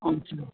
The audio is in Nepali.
अच्छा